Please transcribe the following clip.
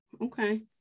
Okay